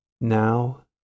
Now